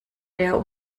der